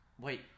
Wait